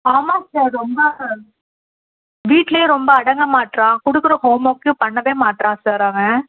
ஆமாம் சார் ரொம்ப வீட்டிலியே ரொம்ப அடங்க மாட்டுறான் கொடுக்கற ஹோம் ஒர்க்கியும் பண்ணவே மாட்டுறான் சார் அவன்